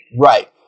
Right